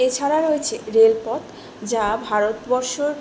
এছাড়া রয়েছে রেলপথ যা ভারতবর্ষর